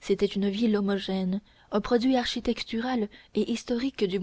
c'était une ville homogène un produit architectural et historique du